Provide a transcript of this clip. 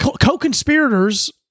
Co-conspirators